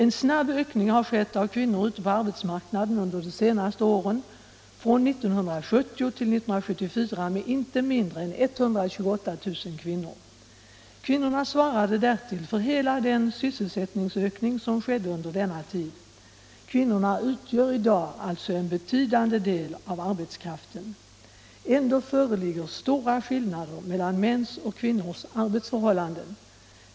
En snabb ökning har skett av antalet kvinnor ute på arbetsmarknaden under de senaste åren, från 1970 till 1974 med inte mindre än 128 000 kvinnor. Kvinnorna svarade därtill för hela den sysselsättningsökning som skedde under denna tid. Kvinnorna utgör alltså i dag en betydande del av arbetskraften. Ändå föreligger stora skillnader mellan mäns och kvinnors arbetsförhållanden.